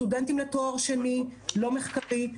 סטודנטים לתואר שני לא מחקרי.